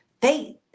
faith